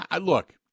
look